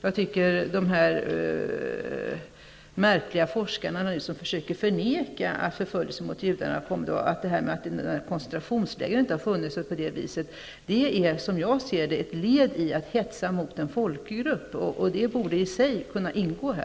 Det finns märkliga forskare som nu försöker förneka att förföljelsen av judarna har förekommit och att koncentrationsläger har funnits. Det är, som jag ser det, ett led i att hetsa mot en folkgrupp och borde kunna anses falla in under det